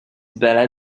ballad